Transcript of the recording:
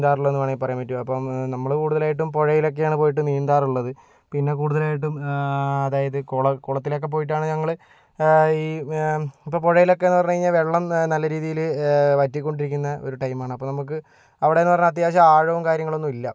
നീന്താറുള്ളതെന്ന് വേണമെങ്കിൽ പറയാൻ പറ്റും അപ്പോൾ നമ്മൾ കൂടുതലായിട്ടും പുഴയിലൊക്കെയാണ് പോയിട്ട് നീന്താറുള്ളത് പിന്നെ കൂടുതലായിട്ടും അതായത് കുളം കുളത്തിലൊക്കെ പോയിട്ടാണ് ഞങ്ങൾ ഈ അപ്പോൾ പുഴയിലൊക്കെയെന്നു പറഞ്ഞു കഴിഞ്ഞാൽ വെള്ളം നല്ല രീതിയിൽ വറ്റിക്കൊണ്ടിരിക്കുന്ന ഒരു ടൈമാണ് അപ്പോൾ നമ്മൾക്ക് അവിടെയെന്നു പറഞ്ഞാൽ അത്യാവശ്യം ആഴവും കാര്യങ്ങളൊന്നുമില്ല